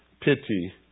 pity